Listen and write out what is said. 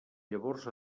llavors